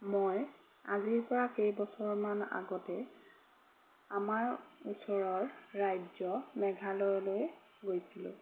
মই আজিৰপৰা কেইবছৰমান আগতে আমাৰ ওচৰৰ ৰাজ্য মেঘালয়লৈ গৈছিলোঁ